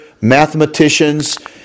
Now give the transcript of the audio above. mathematicians